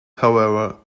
however